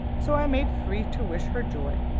so, i made free to wish her joy.